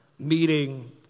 meeting